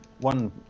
one